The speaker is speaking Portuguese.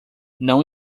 não